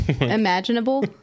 imaginable